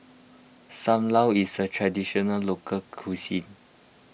Sam Lau is a Traditional Local Cuisine